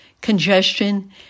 congestion